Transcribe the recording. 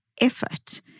effort